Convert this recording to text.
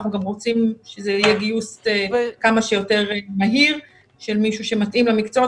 אנחנו גם רוצים שזה יהיה גיוס כמה שיותר מהיר של מישהו שמתאים למקצועות.